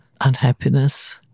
unhappiness